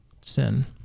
sin